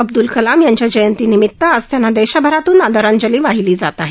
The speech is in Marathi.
अब्दुल कलाम यांच्या जयंतीनिमित आज त्यांना देशभरातून आदरांजली वाहिली जात आहे